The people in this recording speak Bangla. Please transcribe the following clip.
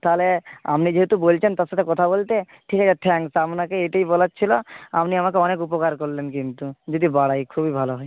তাহলে আপনি যেহেতু বলছেন তার সাথে কথা বলতে ঠিক আছে থ্যাংকস আপনাকে এটাই বলার ছিল আপনি আমাকে অনেক উপকার করলেন কিন্তু যদি বাড়ায় খুবই ভালো হয়